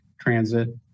transit